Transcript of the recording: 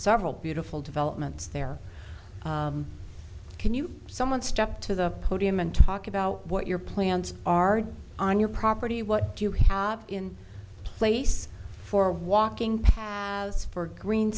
several beautiful developments there can you someone step to the podium and talk about what your plans are on your property what do you have in place for walking paths for green